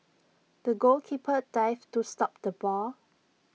the goalkeeper dived to stop the ball